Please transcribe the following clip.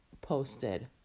posted